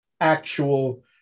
actual